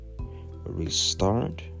restart